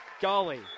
golly